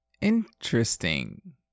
Interesting